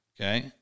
Okay